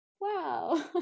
wow